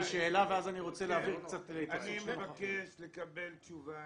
אני מבקש לקבל תשובה